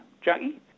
Jackie